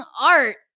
art